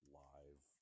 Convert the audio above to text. live